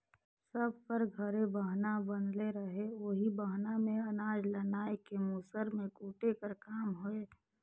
सब कर घरे बहना बनले रहें ओही बहना मे अनाज ल नाए के मूसर मे कूटे कर काम होए